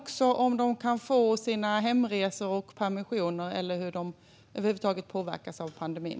Kan de få sina hemresor och permissioner, och hur påverkas de över huvud taget av pandemin?